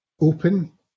open